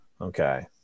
Okay